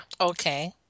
Okay